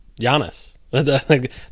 Giannis